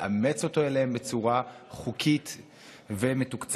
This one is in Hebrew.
לאמץ אותם אליו בצורה חוקית ומתוקצבת,